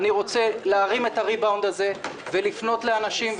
אני רוצה להרים את הריבאונד הזה ולפנות לאנשים,